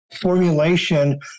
formulation